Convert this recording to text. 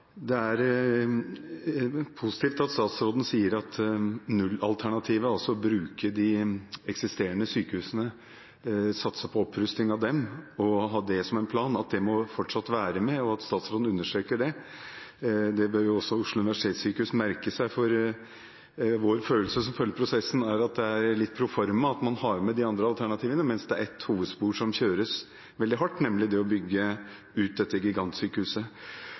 er positivt at statsråden understreker at nullalternativet – bruke de eksisterende sykehusene, satse på opprusting av dem – å ha det som en plan, at det fortsatt må være med, det bør også Oslo universitetssykehus merke seg, for vi har følelsen av, vi som følger prosessen, at det er litt proforma, at man har med de andre alternativene, mens det er ett hovedspor som kjøres veldig hardt, nemlig det å bygge ut dette gigantsykehuset.